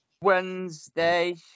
Wednesday